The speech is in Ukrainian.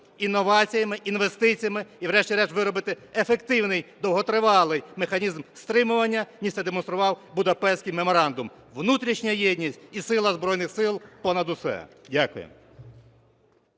інноваціями, інвестиціями і врешті-решт виробити ефективний довготривалий механізм стримування, ніж це демонстрував Будапештський меморандум. Внутрішня єдність і сила Збройних Сил – понад усе! Дякую.